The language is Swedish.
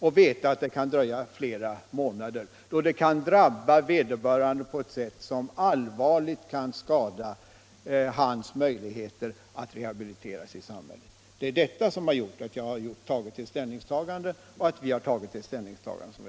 De vet att det kan dröja flera månader och att detta kan drabba vederbörande på ett sätt som allvarligt kan skada hans möjligheter att rehabiliteras i samhället. Det är detta som har gjort att vi har intagit denna ståndpunkt.